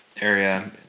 area